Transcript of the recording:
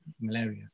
malaria